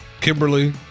Kimberly